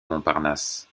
montparnasse